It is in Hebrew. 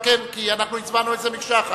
מי בעד ההסתייגות?